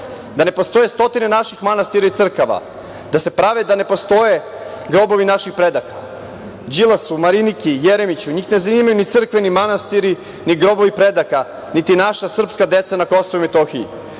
da ne postoje stotine naših manastira i crkava, da se prave da ne postoje grobovi naših predaka. Đilasu, Mariniki, Jeremiću, njih ne zanimaju ni crkve, ni manastiri, ni grobovi predaka, niti naša srpska deca na Kosovu i Metohiji.